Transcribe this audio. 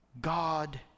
God